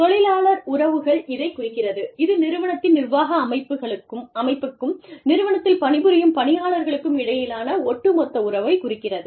தொழிலாளர் உறவுகள் இதைக் குறிக்கிறது இது நிறுவனத்தின் நிர்வாக அமைப்புக்கும் நிறுவனத்தில் பணிபுரியும் பணியாளர்களுக்கும் இடையிலான ஒட்டுமொத்த உறவை குறிக்கிறது